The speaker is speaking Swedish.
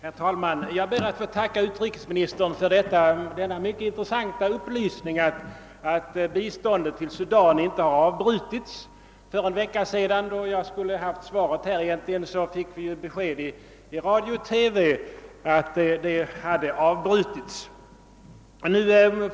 Herr talman! Jag ber att få tacka utrikesministern för denna mycket intressanta upplysning att biståndet till Sudan inte har avbrutits. För en vecka sedan, då jag egentligen skulle ha tagit emot svaret, fick vi ju genom radio och TV beskedet att biståndet hade avbrutits.